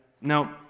no